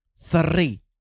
three